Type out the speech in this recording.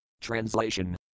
Translation